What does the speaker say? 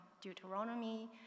Deuteronomy